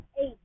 eight